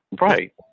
Right